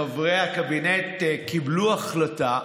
חברי הקבינט קיבלו החלטה.